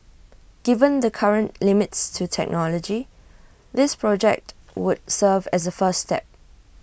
given the current limits to technology this project would serve as A first step